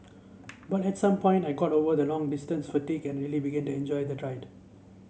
but at some point I got over the long distance fatigue and really began to enjoy the